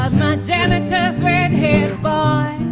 ah my janitor's red-haired boy.